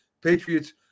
Patriots